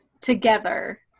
together